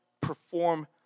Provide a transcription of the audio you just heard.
perform